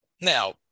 Now